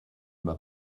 m’a